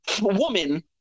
woman